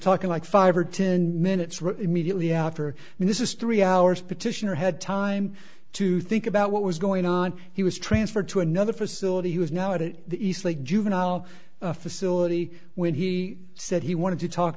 talking like five or ten minutes immediately after and this is three hours petitioner had time to think about what was going on he was transferred to another facility he was now at it the eastlake juvenile facility when he said he wanted to talk